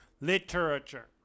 Literature